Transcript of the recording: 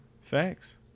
Facts